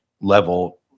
level